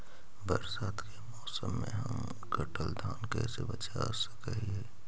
बरसात के मौसम में हम कटल धान कैसे बचा सक हिय?